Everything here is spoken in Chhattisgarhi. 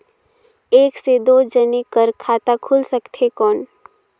एक से दो जने कर खाता खुल सकथे कौन?